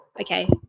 Okay